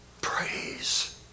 praise